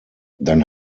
dann